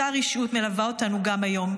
אותה רשעות מלווה אותנו גם היום.